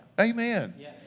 Amen